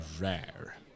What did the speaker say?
rare